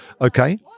Okay